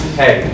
hey